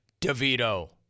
DeVito